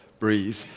breathe